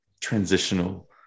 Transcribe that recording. transitional